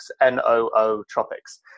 N-O-O-Tropics